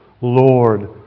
Lord